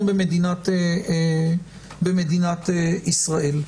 במדינת ישראל.